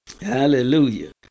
Hallelujah